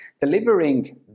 delivering